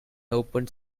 opened